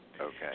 Okay